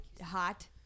hot